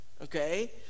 okay